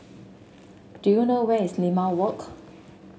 do you know where is Limau Walk